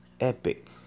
Epic